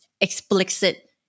explicit